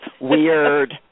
Weird